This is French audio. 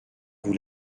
vous